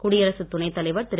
குடியரசுத் துணை தலைவர் திரு